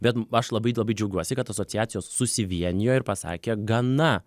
bet aš labai labai džiaugiuosi kad asociacijos susivienijo ir pasakė gana